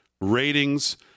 ratings